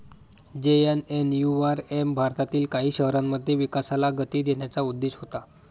JNNURM भारतातील काही शहरांमध्ये विकासाला गती देण्याचा उद्देश होता